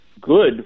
good